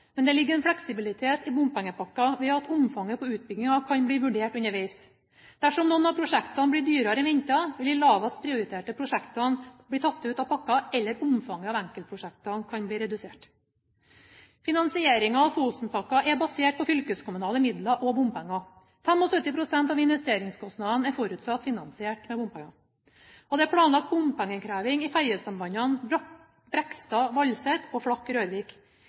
men det ligger en fleksibilitet i bompengepakken ved at omfanget på utbyggingen kan bli vurdert underveis. Dersom noen av prosjektene blir dyrere enn ventet, vil de lavest prioriterte prosjektene bli tatt ut av pakken, eller omfanget av enkeltprosjektene kan bli redusert. Finansieringen av Fosenpakka er basert på fylkeskommunale midler og bompenger. 75 pst. av investeringskostnadene er forutsatt finansiert med bompenger. Det er planlagt bompengeinnkreving i fergesambandene Brekstad–Valset og